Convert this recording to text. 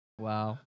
Wow